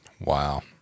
Wow